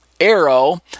arrow